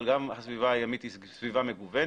אבל גם הסביבה הימית היא סביבה מגוונת.